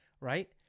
right